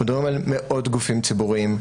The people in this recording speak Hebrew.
אנחנו מדברים על מאות גופים ציבוריים.